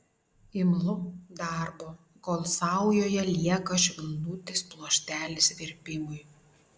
imlu darbo kol saujoje lieka švelnutis pluoštelis verpimui